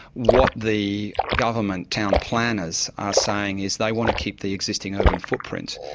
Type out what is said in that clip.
what the government town planners are saying is they want to keep the existing urban footprint,